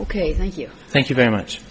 ok thank you thank you very much